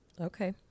Okay